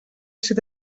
ser